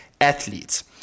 athletes